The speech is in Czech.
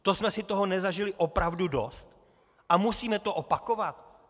To jsme si toho nezažili opravdu dost a musíme to opakovat?